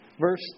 verse